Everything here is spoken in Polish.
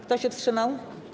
Kto się wstrzymał?